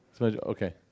Okay